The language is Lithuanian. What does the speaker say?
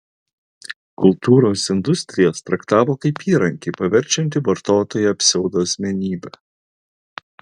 kultūros industrijas traktavo kaip įrankį paverčiantį vartotoją pseudoasmenybe